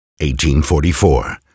1844